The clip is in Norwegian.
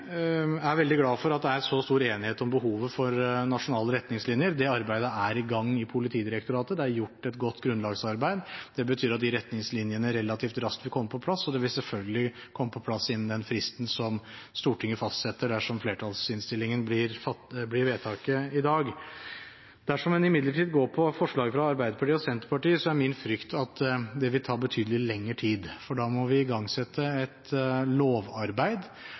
Jeg er veldig glad for at det er så stor enighet om behovet for nasjonale retningslinjer. Det arbeidet er i gang i Politidirektoratet, det er gjort et godt grunnlagsarbeid. Det betyr at retningslinjene relativt raskt vil komme på plass, og det vil selvfølgelig komme på plass innen den fristen Stortinget fastsetter dersom flertallsinnstillingen blir vedtaket i dag. Dersom en imidlertid går for forslaget fra Arbeiderpartiet og Senterpartiet, er min frykt at det vil ta betydelig lengre tid, for da må vi igangsette et lovarbeid.